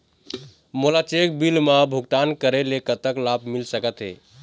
मोला cheque bill मा भुगतान करेले कतक लाभ मिल सकथे?